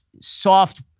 soft